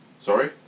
Sorry